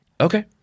Okay